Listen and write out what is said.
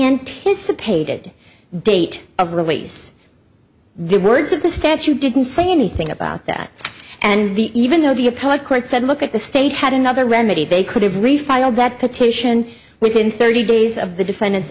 anticipated date of release the words of the steps you didn't say anything about that and the even though the appellate court said look at the state had another remedy they could have refile that petition within thirty days of the defendant